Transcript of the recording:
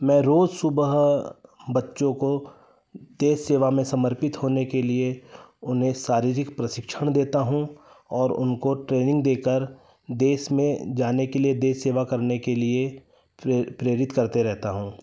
मैं रोज सुबह बच्चों को देश सेवा में समर्पित होने के लिए उन्हें शारीरिक प्रशिक्षण देता हूँ और उनको ट्रेनिंग देकर देश में जाने के लिए देश सेवा करने के लिए प्रेरित करते रहता हूँ